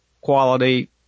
Quality